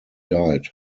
died